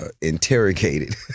interrogated